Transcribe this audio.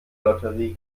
lotterie